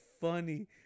funny